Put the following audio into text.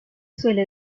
suele